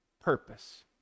Purpose